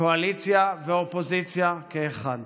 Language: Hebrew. קואליציה ואופוזיציה כאחד,